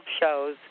shows